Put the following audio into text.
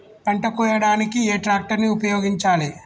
పంట కోయడానికి ఏ ట్రాక్టర్ ని ఉపయోగించాలి?